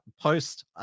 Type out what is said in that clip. post